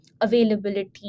availability